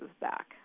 back